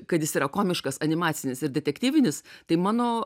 kad jis yra komiškas animacinis ir detektyvinis tai mano